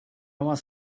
was